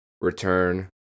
return